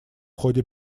ходе